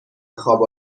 خواب